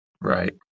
Right